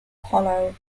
hollow